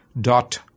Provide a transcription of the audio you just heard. dot